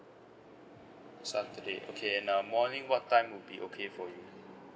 saturday okay and uh morning what time will be okay for you